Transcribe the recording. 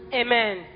amen